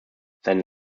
seine